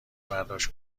برداشت